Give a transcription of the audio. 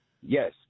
Yes